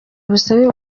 ubusabe